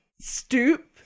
stoop